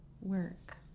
work